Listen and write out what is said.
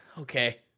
okay